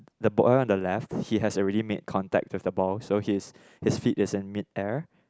the boy on the left he has already made contact with the ball so his his feet is in mid air